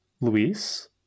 Luis